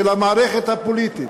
של המערכת הפוליטית,